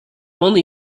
only